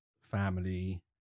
family